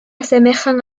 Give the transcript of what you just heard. asemejan